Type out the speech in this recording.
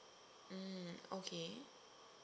mm okay